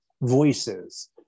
voices